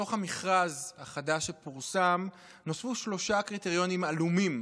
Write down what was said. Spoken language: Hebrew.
ולתוך המכרז החדש שפורסם נוספו שלושה קריטריונים עלומים: